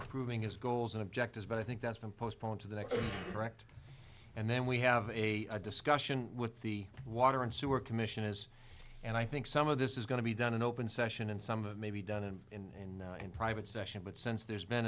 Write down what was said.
approving his goals and objectives but i think that's been postponed to the next director and then we have a discussion with the water and sewer commission is and i think some of this is going to be done in open session and some of may be done in private session but since there's been